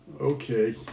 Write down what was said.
Okay